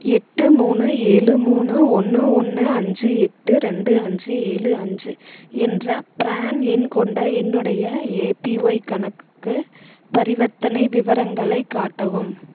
எட்டு மூணு ஏழு மூணு ஒன்று ஒன்று அஞ்சு எட்டு ரெண்டு அஞ்சு ஏழு அஞ்சு என்ற பிரான் எண் கொண்ட என்னுடைய ஏபிஒய் கணக்குக்கு பரிவர்த்தனை விவரங்களைக் காட்டவும்